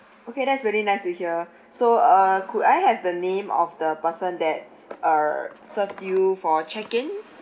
okay that's very nice to hear so uh could I have the name of the person that uh served you for check in